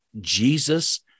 Jesus